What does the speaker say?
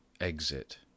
Exit